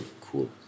cool